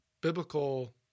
Biblical